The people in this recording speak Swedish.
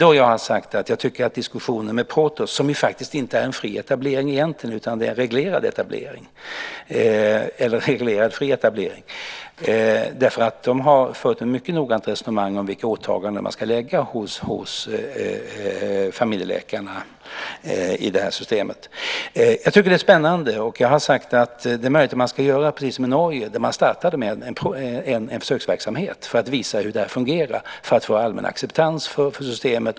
Protos, som ju faktiskt inte är en fri etablering egentligen utan en reglerad fri etablering, har fört ett mycket noggrant resonemang om vilka åtaganden man ska lägga hos familjeläkarna i det här systemet. Jag tycker att det är spännande. Jag har sagt att det är möjligt att man ska göra precis som i Norge där man startade med en försöksverksamhet för att visa hur det här fungerar och för att få en allmän acceptans för systemet.